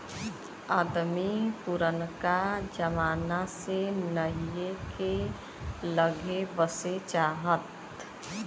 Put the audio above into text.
अदमी पुरनका जमाना से नहीए के लग्गे बसे चाहत